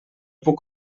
puc